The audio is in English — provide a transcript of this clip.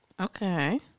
Okay